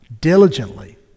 diligently